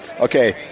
okay